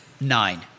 Nine